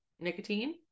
nicotine